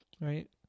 Right